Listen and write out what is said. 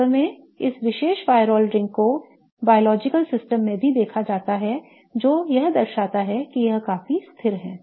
वास्तव में इस विशेष pyrrole ring को जैविक प्रणाली में भी देखा जाता है जो यह दर्शाता है कि यह काफी स्थिर है